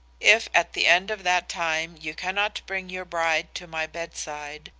if at the end of that time you cannot bring your bride to my bedside,